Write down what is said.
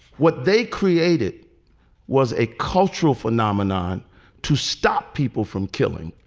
what they created was a cultural phenomenon to stop people from killing.